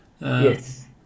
Yes